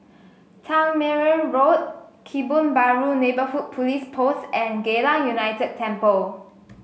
Tangmere Road Kebun Baru Neighbourhood Police Post and Geylang United Temple